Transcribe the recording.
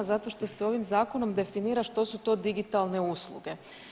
Zato što se ovim zakonom definira što su to digitalne usluge.